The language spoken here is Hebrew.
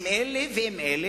אם אלה או אלה,